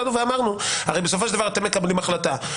אמרנו: בסופו של דבר אתם מקבלים החלטה.